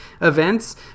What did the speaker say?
events